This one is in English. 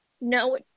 No